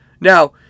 Now